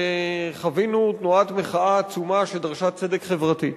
חווינו תנועת מחאה עצומה שדרשה צדק חברתי.